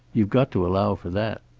you've got to allow for that.